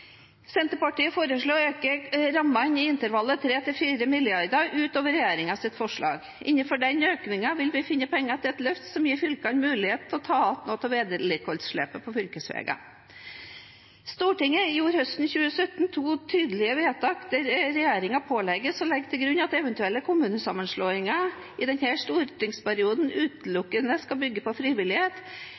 Senterpartiet foreslår å øke rammene i intervallet med 3–4 mrd. kr ut over regjeringens forslag. Innenfor denne økningen vil vi finne penger til et løft som gir fylkene muligheten til å ta igjen noe av vedlikeholdsetterslepet på fylkesveiene. Stortinget gjorde høsten 2017 to tydelige vedtak hvor regjeringen pålegges å legge til grunn at eventuelle kommunesammenslåinger i denne stortingsperioden utelukkende skal bygge på frivillighet,